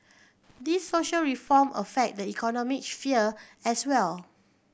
these social reform affect the economic sphere as well